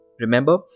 Remember